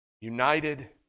United